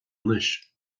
anois